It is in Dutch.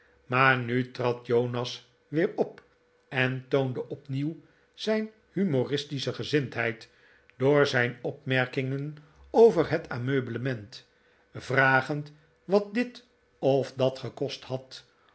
maar nu trad jonas weer op en toonde opnieuw zijn humoristische gezindheid door zijn opmerkingen over het ameublement vragend wat dit of dat gekost had